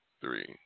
three